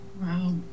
Wow